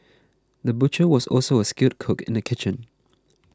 the butcher was also a skilled cook in the kitchen